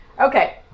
Okay